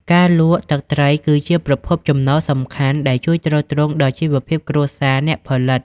ការលក់ ទឹកត្រីគឺជាប្រភពចំណូលសំខាន់ដែលជួយទ្រទ្រង់ដល់ជីវភាពគ្រួសារអ្នកផលិត។